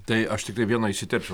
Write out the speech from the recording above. tai aš tiktai vieną įsiterpsiu